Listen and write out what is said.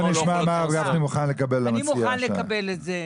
אני מוכן לקבל את זה,